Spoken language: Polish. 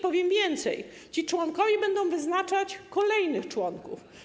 Powiem więcej: ci członkowie będą wyznaczać kolejnych członków.